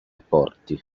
porti